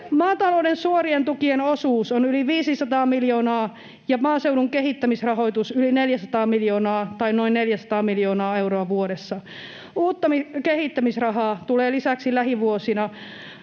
Maatalouden suorien tukien osuus on yli 500 miljoonaa ja maaseudun kehittämisrahoitus noin 400 miljoonaa euroa vuodessa. Uutta kehittämisrahaa tulee lisäksi lähivuosina